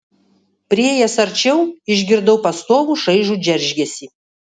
priėjęs arčiau išgirdau pastovų šaižų džeržgesį